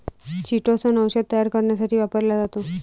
chitosan औषध तयार करण्यासाठी वापरला जातो